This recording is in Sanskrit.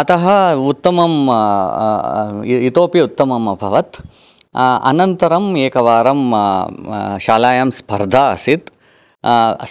अतः उत्तमम् इतोऽपि उत्तमम् अभवत् अनन्तरम् एकवारं शालायां स्पर्धा आसीत्